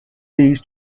these